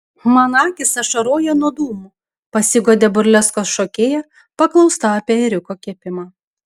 man akys ašaroja nuo dūmų pasiguodė burleskos šokėja paklausta apie ėriuko kepimą